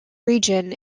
region